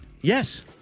Yes